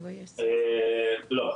לא.